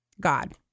God